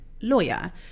lawyer